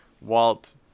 walt